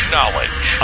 Knowledge